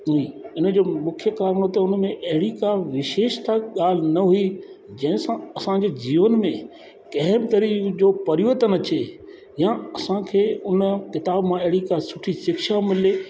उहे इन जो मूंखे टाइम टाइम में अहिड़ी का विशेष त ॻाल्हि न हुई जंहिं सां असांजे जीवन में कंहिं बि तरीक़े जो परिवर्तन अचे या असांखे उन कि तव्हां मां अहिड़ी कंहिं कोई सुठी शिक्षा मिले